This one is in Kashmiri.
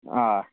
آ